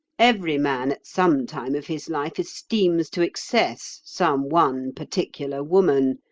every man at some time of his life esteems to excess some one particular woman.